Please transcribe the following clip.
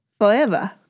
forever